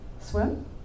Swim